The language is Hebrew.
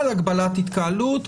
על הגבלת התקהלות,